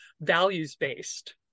values-based